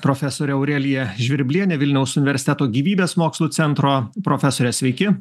profesorė aurelija žvirblienė vilniaus universiteto gyvybės mokslų centro profesorė sveiki